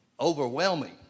overwhelming